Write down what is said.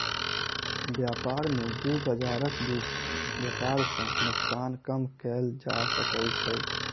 व्यापार में दू बजारक बीच व्यापार सॅ नोकसान कम कएल जा सकै छै